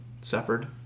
suffered